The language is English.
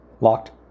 locked